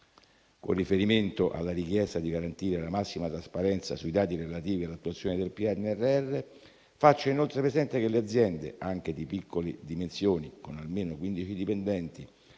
Con riferimento alla richiesta di garantire la massima trasparenza sui dati relativi all'attuazione del PNRR, faccio inoltre presente che le aziende, anche di piccole dimensioni, con almeno 15 dipendenti,